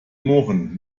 murren